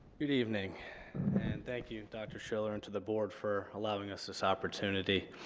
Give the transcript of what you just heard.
good evening and thank you dr. schiller and to the board for allowing us this opportunity.